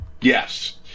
Yes